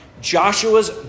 Joshua's